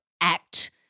act